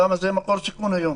למה זה מקור סיכון היום.